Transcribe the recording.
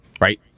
Right